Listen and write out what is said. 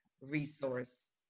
resource